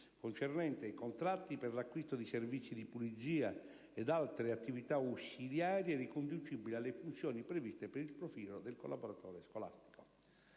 concernente i contratti per l'acquisto di servizi di pulizia ed altre attività ausiliarie riconducibili alle funzioni previste per il profilo del collaboratore scolastico.